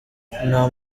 nta